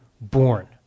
born